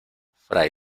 fray